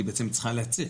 כי בעצם היא צריכה להצהיר,